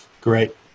Great